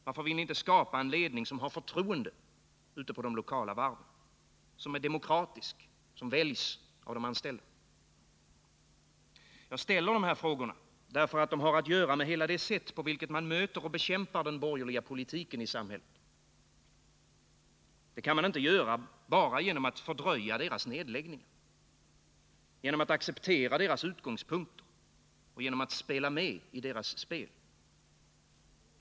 Varför vill ni inte skapa en ledning som har förtroende på de lokala varven, som är demokratisk och som väljs av de anställda? Jag ställer dessa frågor därför att de har att göra med hela det sätt på vilket man möter och bekämpar den borgerliga politiken i samhället. Den politiken kan inte bekämpas genom att man bara fördröjer de borgerligas nedläggningar, accepterar deras utgångspunkter och spelar med i deras spel.